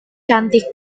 cantik